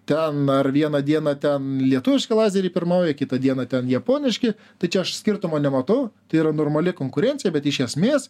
ten ar vieną dieną ten lietuviški lazeriai pirmauja kitą dieną ten japoniški tai čia aš skirtumo nematau tai yra normali konkurencija bet iš esmės